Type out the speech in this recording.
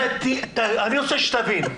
אני רוצה שתבין.